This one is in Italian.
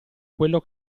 quello